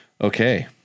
okay